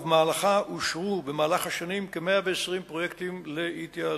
ובמהלכה אושרו במהלך השנים כ-120 פרויקטים להתייעלות.